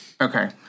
okay